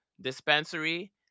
dispensary